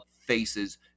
faces